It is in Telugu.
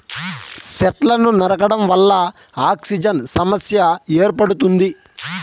సెట్లను నరకడం వల్ల ఆక్సిజన్ సమస్య ఏర్పడుతుంది